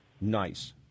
Nice